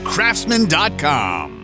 Craftsman.com